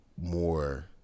more